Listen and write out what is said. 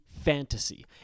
Fantasy